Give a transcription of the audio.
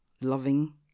loving